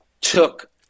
took